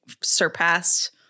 surpassed